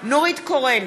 נורית קורן,